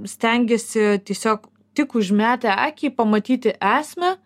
stengiasi tiesiog tik užmetę akį pamatyti esmę